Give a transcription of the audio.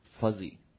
fuzzy